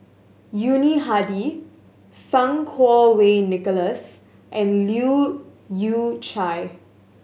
Yuni Hadi Fang Kuo Wei Nicholas and Leu Yew Chye